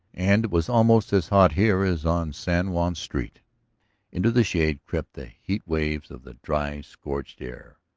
and it was almost as hot here as on san juan's street into the shade crept the heat-waves of the dry, scorched air.